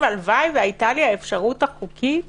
הלוואי שהיתה לי האפשרות החוקית